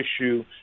issue